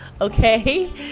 Okay